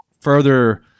further